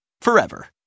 forever